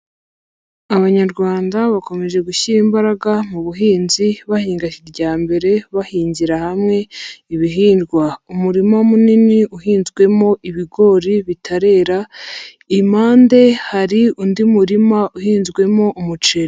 Abanyarwanda bakomeje gushyira imbaraga mu buhinzi, bahinga kijyambere, bahingira hamwe ibihingwa, umurima munini uhinzwemo ibigori bitarera, impande hari undi murima uhinzwemo umuceri.